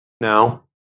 Now